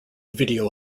video